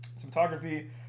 photography